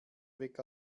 weg